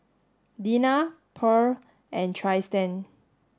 Dina Purl and Trystan